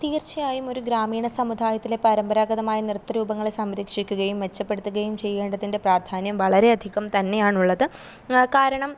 തീർച്ചയായും ഒരു ഗ്രാമീണ സമുദായത്തിലെ പരമ്പരാഗതമായ നൃത്തരൂപങ്ങളെ സംരക്ഷിക്കുകയും മെച്ചപ്പെടുത്തുകയും ചെയ്യേണ്ടതിൻ്റെ പ്രാധാന്യം വളരെയധികം തന്നെയാണുള്ളത് കാരണം